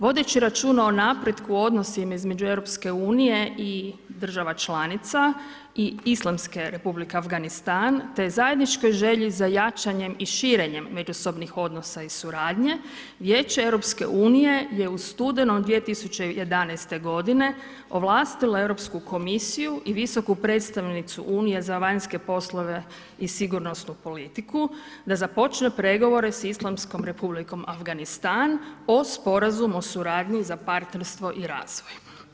Vodeći računa o napretku u odnosima između Europske unije i država članica i Islamske Republike Afganistan te zajedničkoj želji za jačanjem i širenjem međusobnih odnosa i suradnje Vijeće Europske unije je u studenom 2011. godine ovlastilo Europsku komisiju i visoku predstavnicu Unije za vanjske poslove i sigurnosnu politiku da započne pregovore s Islamskom Republikom Afganistan o Sporazumu o suradnji za partnerstvo i razvoj.